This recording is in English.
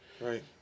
Right